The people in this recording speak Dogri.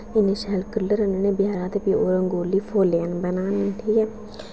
इन्ने शैल कलर आह्ननने बजारा ते फ्ही ओह् रंगोली फुल्लें आहली बनानी ठीक ऐ